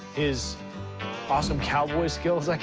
his awesome cowboy skills, like